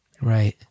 Right